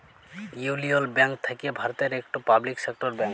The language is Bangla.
ইউলিয়ল ব্যাংক থ্যাকে ভারতের ইকট পাবলিক সেক্টর ব্যাংক